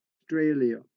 Australia